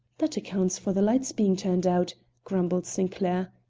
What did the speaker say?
that accounts for the lights being turned out, grumbled sinclair.